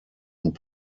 und